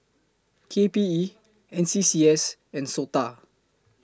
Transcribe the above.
K P E N S C S and Sota